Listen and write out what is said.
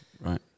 Right